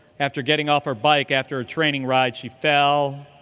after getting off her bike, after a training ride, she fell,